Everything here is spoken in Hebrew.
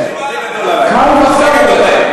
קל וחומר.